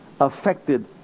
Affected